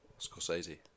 Scorsese